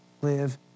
live